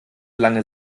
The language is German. lange